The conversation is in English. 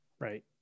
Right